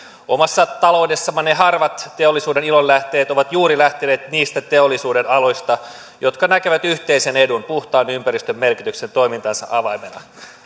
omassa taloudessamme ne harvat teollisuuden ilonlähteet ovat juuri lähteneet niistä teollisuudenaloista jotka näkevät yhteisen edun puhtaan ympäristön merkityksen toimintansa avaimena